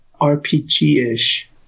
RPG-ish